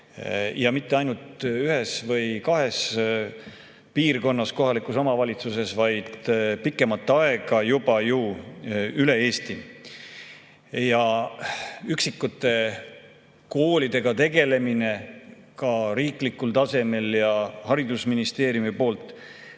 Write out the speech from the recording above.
ja mitte ainult ühes või kahes piirkonnas kohalikus omavalitsuses, vaid juba pikemat aega üle Eesti. Üksikute koolidega tegelemine riiklikul tasemel ja haridusministeeriumi poolt